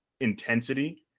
intensity